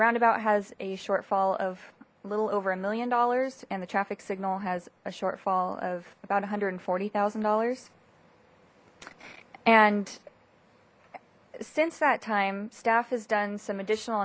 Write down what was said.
roundabout has a shortfall of a little over a million dollars and the traffic signal has a shortfall of about one hundred and forty zero dollars and since that time staff has done some additional